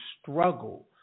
struggle